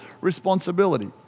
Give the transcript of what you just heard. responsibility